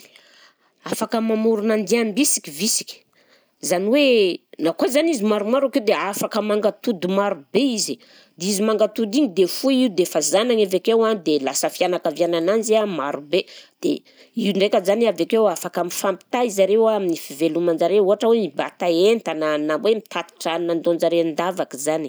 Afaka mamorona andiam-bisiky visiky zany hoe na koa zany izy maromaro akeo dia afaka mangatody marobe izy, dia izy mangatondy iny dia foy io dia efa zanagny avy akeo an dia lasa fianakavianananjy an marobe, dia io ndraika zany an avy akeo an, afaka mifampitaiza reo an amin'ny fiveloman-jareo ohatra hoe mibata entana, na hoe mitatitra hanina ataonjareo an-davaka zany